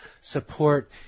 support